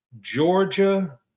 Georgia